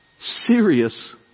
serious